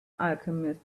alchemist